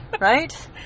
Right